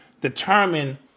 determine